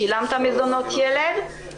אם שילמת מזונות ילד.